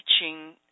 teaching